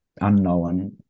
unknown